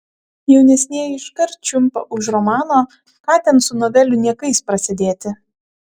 jaunesnieji iškart čiumpa už romano ką ten su novelių niekais prasidėti